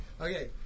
Okay